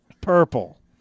Purple